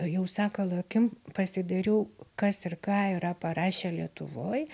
jau sakalo akim pasidairiau kas ir ką yra parašę lietuvoj